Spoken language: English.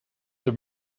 have